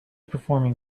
performing